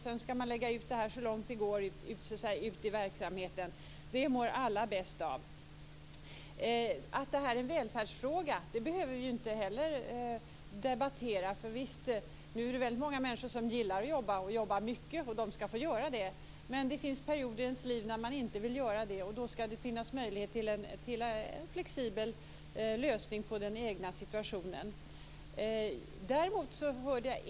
Sedan skall detta läggas så långt ut som möjligt i verksamheten. Det mår alla bäst av. Att det här är en välfärdsfråga behöver vi inte heller debattera. Många människor gillar att jobba, och att jobba mycket, och det skall de få göra. Men det finns perioder i ens liv då man inte vill göra det och då skall det finnas möjligheter till en flexibel lösning beträffande den egna situationen.